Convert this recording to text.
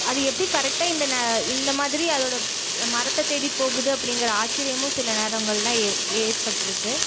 அது எப்படி கரெக்டாக இந்த ந இந்த மாதிரி அதோட மரத்தை தேடி போகுது அப்படிங்கிற ஆச்சிரியமும் சில நேரங்கள்லாம் ஏ ஏற்பட்யிருக்கு